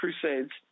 crusades